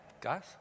guys